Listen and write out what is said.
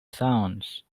sounds